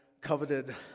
coveted